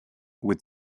with